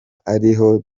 ariho